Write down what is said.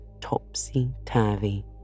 topsy-turvy